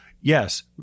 yes